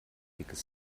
dickes